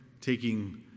taking